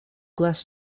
glass